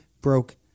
broke